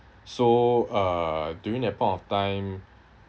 so uh during that point of time